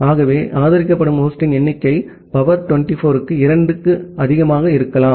ஆகவே ஆதரிக்கப்படும் ஹோஸ்டின் எண்ணிக்கை சக்தி 24 க்கு 2 ஆக அதிகமாக இருக்கலாம்